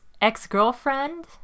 ex-girlfriend